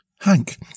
Hank